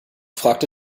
fragte